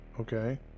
Okay